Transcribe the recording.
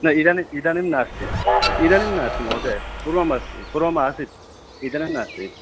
न इदानीम् इदानीं नास्ति इदानीं नास्ति महोदय पूर्वम् अस्ति पूर्वमासीत् इदानीं नास्ति